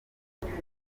umwami